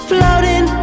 Floating